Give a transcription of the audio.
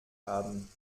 haben